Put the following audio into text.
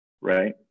right